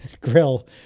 Grill